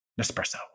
Nespresso